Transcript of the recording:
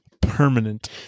permanent